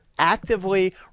Actively